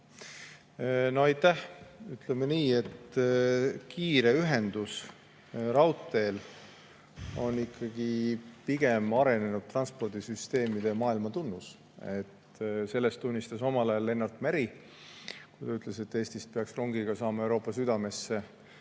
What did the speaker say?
Aitäh! Ütleme nii, et kiire ühendus raudteel on ikkagi pigem arenenud transpordisüsteemide ja arenenud maailma tunnus. Sellest unistas omal ajal Lennart Meri, kui ütles, et Eestist peaks rongiga saama Euroopa südamesse,